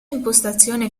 impostazione